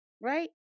Right